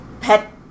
pet